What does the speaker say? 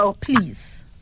please